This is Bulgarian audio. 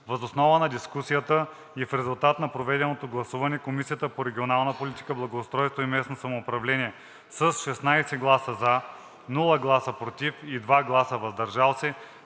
Въз основа на дискусията и в резултат на проведеното гласуване Комисията по регионална политика, благоустройство и местно самоуправление с 16 гласа „за“, без „против“ и 2 гласа „въздържал се“